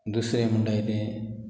दुसरें म्हणटाय तें